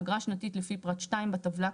אגרה שנתית לפי פרט (2) בטבלה,